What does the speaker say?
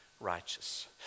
righteous